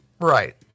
Right